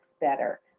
better